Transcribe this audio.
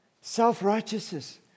Self-righteousness